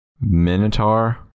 Minotaur